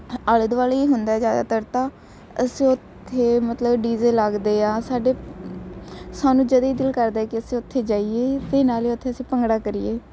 ਆਲੇ ਦੁਆਲੇ ਈ ਹੁੰਦਾ ਜ਼ਿਆਦਾਤਰ ਤਾਂ ਅਸੀਂ ਉਥੇ ਮਤਲਬ ਡੀ ਜੇ ਲੱਗਦੇ ਆ ਸਾਡੇ ਸਾਨੂੰ ਜਦੀ ਦਿਲ ਕਰਦਾ ਕਿ ਅਸੀਂ ਉੱਥੇ ਜਾਈਏ ਅਤੇ ਨਾਲੇ ਉੱਥੇ ਅਸੀਂ ਭੰਗੜਾ ਕਰੀਏ